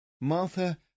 Martha